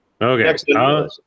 okay